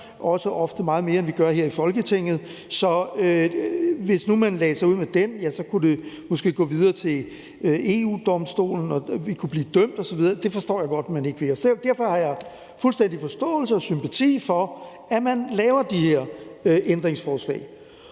også ofte meget mere, end vi gør her i Folketinget. Så hvis nu man lagde sig ud med den, kunne det måske gå videre til EU-Domstolen, og vi kunne blive dømt osv. Det forstår jeg godt man ikke vil. Derfor har jeg fuldstændig forståelse og sympati for, at man laver de her ændringsforslag,